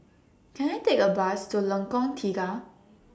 Can I Take A Bus to Lengkong Tiga